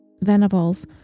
Venables